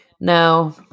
No